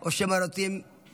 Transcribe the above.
או שמא רוצים,